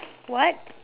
what